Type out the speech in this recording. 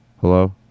hello